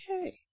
okay